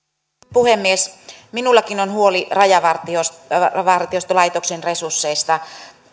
puhemies minullakin on huoli rajavartiolaitoksen resursseista